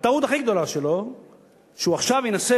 הטעות הכי גדולה שלו היא שהוא עכשיו ינסה,